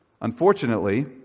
Unfortunately